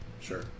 sure